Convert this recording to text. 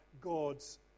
God's